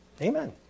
Amen